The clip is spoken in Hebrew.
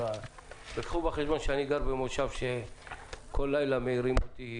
וקחו בחשבון שאני גר במושב שכל לילה מעירים אותי